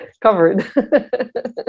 covered